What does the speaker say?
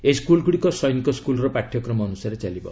ଏହି ସ୍କୁଲ୍ ଗୁଡ଼ିକ ସୈନିକ ସ୍କୁଲର ପାଠ୍ୟକ୍ରମ ଅନୁସାରେ ଚାଲିବ